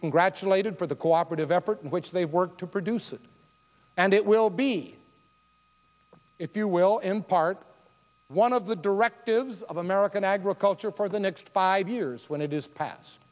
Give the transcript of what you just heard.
congratulated for the cooperative effort in which they've worked to produce it and it will be if you will in part one of the directives of american agriculture for the next five years when it is pass